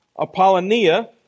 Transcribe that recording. Apollonia